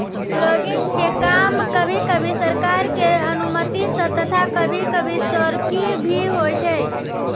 logging के काम कभी कभी सरकार के अनुमती सॅ तथा कभी कभी चोरकी भी होय छै